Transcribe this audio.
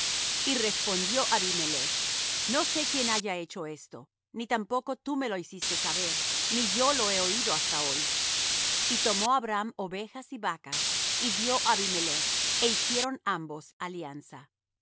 y respondió abimelech no sé quién haya hecho esto ni tampoco tú me lo hiciste saber ni yo lo he oído hasta hoy y tomó abraham ovejas y vacas y dió á abimelech é hicieron ambos alianza